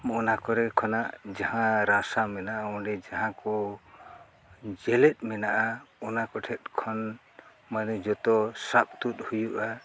ᱚᱱᱟ ᱠᱚᱨᱮ ᱠᱷᱚᱱᱟᱜ ᱡᱟᱦᱟᱸ ᱨᱟᱥᱟ ᱢᱮᱱᱟᱜᱼᱟ ᱚᱸᱰᱮ ᱡᱟᱦᱟᱸ ᱠᱚ ᱡᱮᱞᱮᱫ ᱢᱮᱱᱟᱜᱼᱟ ᱚᱱᱟ ᱠᱚᱴᱷᱮᱱ ᱠᱷᱚᱱ ᱢᱟᱱᱮ ᱡᱚᱛᱚ ᱥᱟᱵ ᱛᱩᱫ ᱦᱩᱭᱩᱜᱼᱟ